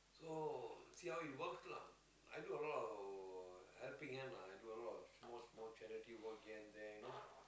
so see how it works lah i do a lot of helping them lah and do a lot of small small charity work here and there